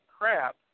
crap